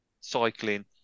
cycling